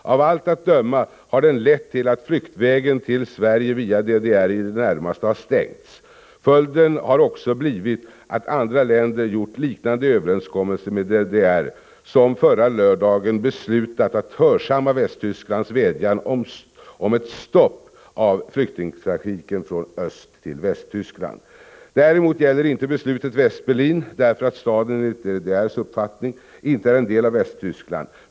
Av allt att döma har den lett till att flyktvägen till Sverige via DDR i det närmaste har stängts. Följden har också blivit att andra länder gjort liknande överenskommelser med DDR, som förra lördagen beslutat att hörsamma Västtysklands vädjan om ett stopp av flyktingtrafiken från Östtill Västtyskland. Däremot gäller inte beslutet Västberlin, därför att staden enligt DDR:s uppfattning inte är en del av Västtyskland.